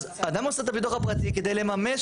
אז אדם עושה את הביטוח הפרטי כדי לממש